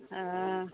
ओ